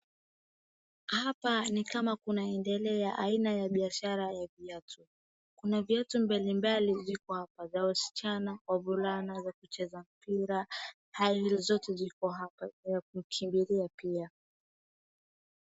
Hapa ni kama kunaendelea aina ya biashara ya viatu. Kuna viatu mbalimbali ziko hapa za wasichana, wavulana ,za kucheza mpira type zote ziko hapa, na ya kukimbilia pia.